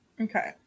okay